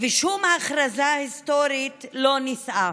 ושום הכרזה היסטורית לא נישאה.